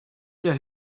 der